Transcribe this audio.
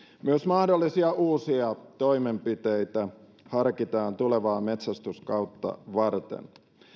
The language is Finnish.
myös mahdollisia uusia toimenpiteitä harkitaan tulevaa metsästyskautta varten